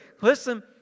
Listen